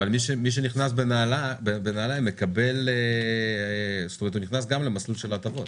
אבל מי שנכנס בנעליי הוא נכנס גם למסלול של הטבות